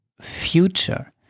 future